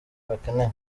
bakeneye